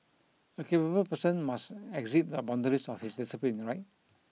a capable person must exceed the boundaries of his discipline right